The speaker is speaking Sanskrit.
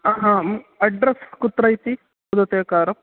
आ हाम् अड्रेस् कुत्र इति वदतु एकवारं